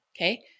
Okay